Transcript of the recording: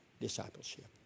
discipleship